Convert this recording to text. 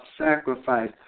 sacrifice